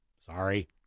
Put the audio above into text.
sorry